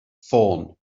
ffôn